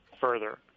further